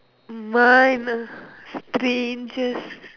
mine strangest